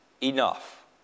enough